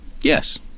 Yes